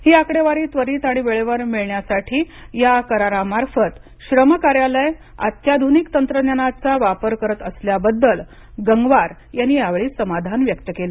ही आकडेवारी त्वरित आणि वेळेवर मिळण्यासाठी या करारामार्फत श्रम कार्यालय अत्याधुनिक तंत्रज्ञानाचा वापर करत असल्याबद्दल गंगवार यांनी यावेळी समाधान व्यक्त केले